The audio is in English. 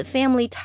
Family